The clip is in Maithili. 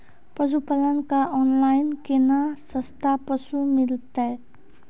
पशुपालक कऽ ऑनलाइन केना सस्ता पसु मिलतै?